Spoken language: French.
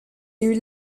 lui